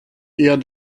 eher